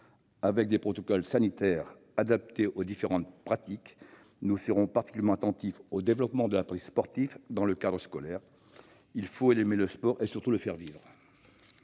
avec des protocoles sanitaires adaptés aux différentes pratiques. Nous serons particulièrement attentifs à leur développement dans le cadre scolaire. Il faut aimer le sport et surtout le faire vivre